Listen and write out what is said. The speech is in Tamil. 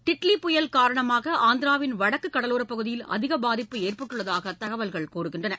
டிட்லி புயல் காரணமாக ஆந்திராவின் வடக்கு கடலோரப் பகுதியில் அதிக பாதிப்பு ஏற்பட்டுள்ளதாக தகவல்கள் தெரிவிக்கின்றன